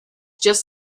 just